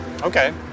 Okay